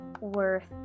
worth